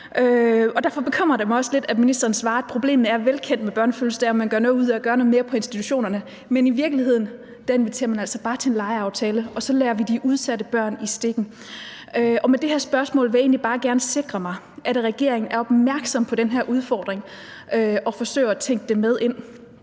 Derfor bekymrer det mig også lidt, at ministeren svarer, at problemet med børnefødselsdage er velkendt, og at man gør noget ud af at gøre noget mere på institutionerne. Men i virkeligheden inviteres der bare til en legeaftale, og så lader vi de udsatte børn i stikken. Med det her spørgsmål vil jeg egentlig bare gerne sikre mig, at regeringen er opmærksom på den her udfordring og forsøger at tænke den med ind.